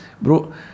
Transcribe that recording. bro